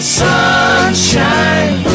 sunshine